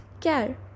care